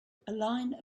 line